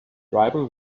tribal